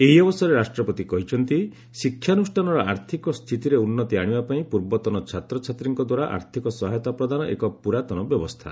ଏହି ଅବସରରେ ରାଷ୍ଟ୍ରପତି କହିଛନ୍ତି ଶିକ୍ଷାନୁଷ୍ଠାନର ଆର୍ଥକ ସ୍ଥିତିରେ ଉନ୍ନତି ଆଶିବାପାଇଁ ପୂର୍ବତନ ଛାତ୍ରଛାତ୍ରୀଙ୍କଦ୍ୱାରା ଆର୍ଥକ ସହାୟତା ପ୍ରଦାନ ଏକ ପୁରାତନ ବ୍ୟବସ୍ଥା